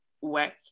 work